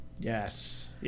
Yes